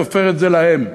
תופר את זה להם.